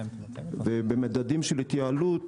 במדדים של התייעלות